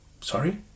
sorry